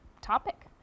topic